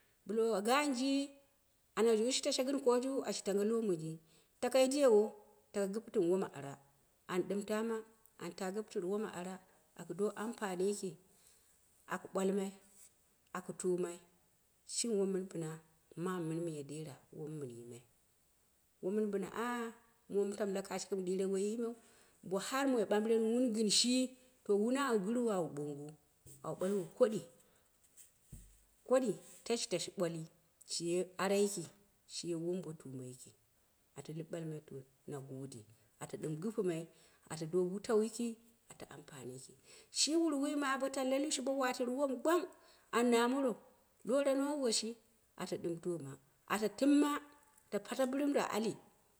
Bo low ganji, ana woshiji gɨn kojiu ashi tange lomoji take yi diyewo taka gɨpɨmu woma ara, au dɨm tana anta gɨptɨr wona ara aku do ampani yiki, aku ɓwal mai akɨ tumai, shimi wom mɨn bɨna, mamu mɨn miya dera, wom mɨn yim ai, womɨn bɨna momu taula kashiku mu ɗire woyimeu, bo har mai ɓambrenwuu gɨn shi to wun au gɨrwo au bong au ɓalwo koɗɨ, koɗi, tash tash bwali, shiye ara yiki shiye wombotu ma yiki, ata lip balmai to, ma gode ata ɗɨm gɗ ata do wutau yiki, ata ampan yiki, shi wuwu ma bo tan la kashu bo watɨru wom gwang, an ma mora lora na, woshi, ata ɗɨm doma, ata tɨmma ata pate bɨrɨmro ali.